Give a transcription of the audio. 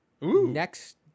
next